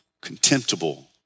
contemptible